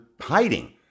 hiding